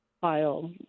file